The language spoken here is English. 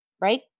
right